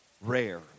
Rare